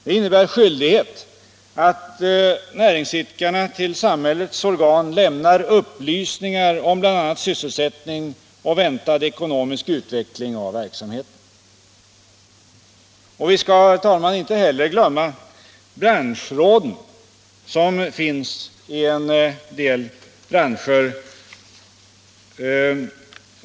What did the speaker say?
Det innebär skyldighet 9 Vi skall, herr talman, inte heller glömma branschråden, som finns i en del branscher.